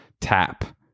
tap